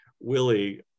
willie